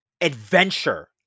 adventure